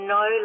no